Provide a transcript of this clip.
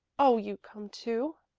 oh you come too,